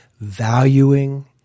valuing